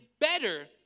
better